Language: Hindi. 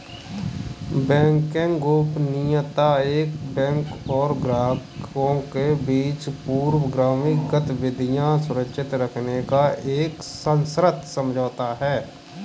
बैंकिंग गोपनीयता एक बैंक और ग्राहकों के बीच पूर्वगामी गतिविधियां सुरक्षित रखने का एक सशर्त समझौता है